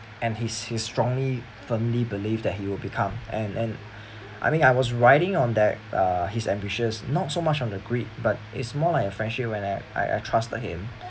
and he's he strongly firmly believe that he will become and and I mean I was riding on that uh his ambitions not so much on the greed but it's more like a friendship where like I I trusted him